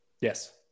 Yes